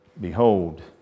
Behold